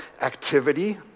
activity